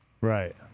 right